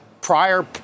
prior